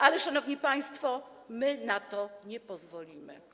Ale, szanowni państwo, my na to nie pozwolimy.